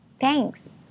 Thanks